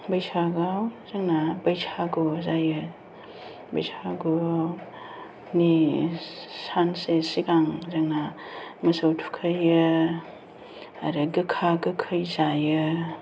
बैसागुआव जोंना बैसागु जायो बैसागुनि सानसे सिगां जोंना मोसौ थुखैयो आरो गोखा गोखै जायो